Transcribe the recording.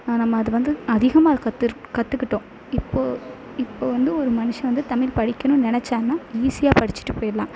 நம்ம அது வந்து அதிகமாக கற்றுருக் கற்றுக்கிட்டோம் இப்போது இப்போது வந்து ஒரு மனுஷன் வந்து தமிழ் படிக்கணுன்னு நெனச்சான்னா ஈஸியாக படித்துட்டு போயிடலாம்